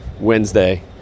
Wednesday